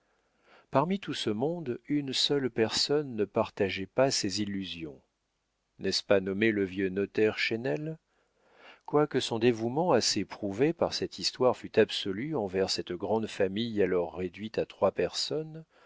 parmi tout ce monde une seule personne ne partageait pas ces illusions n'est-ce pas nommer le vieux notaire chesnel quoique son dévouement assez prouvé par cette histoire fût absolu envers cette grande famille alors réduite à trois personnes